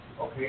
okay